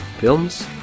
films